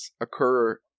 occur